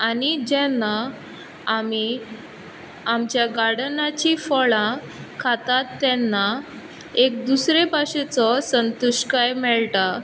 आनी जेन्ना आमी आमच्या गार्डनाची फळां खातात तेन्ना एक दुसरे भाशेचो संतुश्टकाय मेळटा